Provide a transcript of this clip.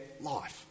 life